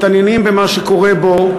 מתעניינים במה שקורה בו,